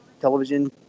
television